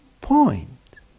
point